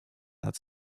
nad